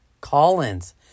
Collins